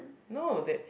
no they